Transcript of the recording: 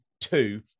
two